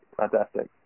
Fantastic